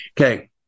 Okay